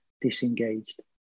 disengaged